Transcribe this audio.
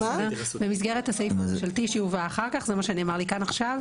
זה מה שנאמר לי כאן עכשיו,